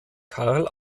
carl